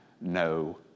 no